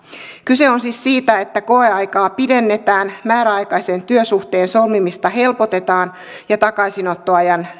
kyse on siis siitä että koeaikaa pidennetään määräaikaisen työsuhteen solmimista helpotetaan ja takaisinottoajan